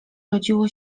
rodziło